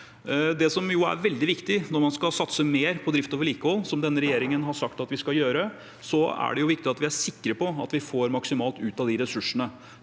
Det som er veldig viktig når man skal satse mer på drift og vedlikehold, som denne regjeringen har sagt at vi skal gjøre, er at vi er sikre på at vi får maksimalt ut av ressursene.